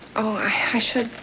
i should.